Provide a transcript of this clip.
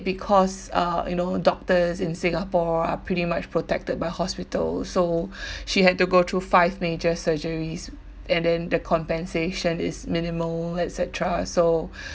because uh you know doctors in singapore are pretty much protected by hospital so she had to go through five major surgeries and then the compensation is minimal et cetera so